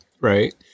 right